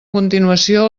continuació